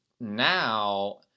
now